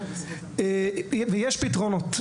יש פתרונות.